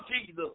Jesus